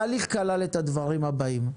התהליך כלל את הדברים הבאים: